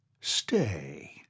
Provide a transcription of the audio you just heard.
Stay